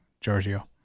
Giorgio